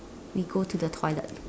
we go to the toilet